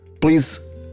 please